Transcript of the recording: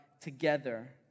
together